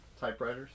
typewriters